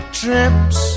trips